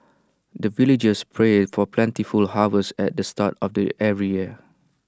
the villagers pray for plentiful harvest at the start of the every year